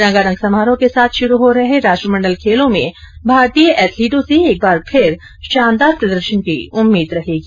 रंगारंग समारोह के साथ शुरू हो रहे राष्ट्रमंडल खेलों में भारतीय एथलीटों से एक बार फिर शानदार प्रदर्शन की उम्मीद रहेगी